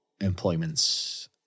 employments